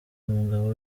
umugabo